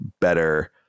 better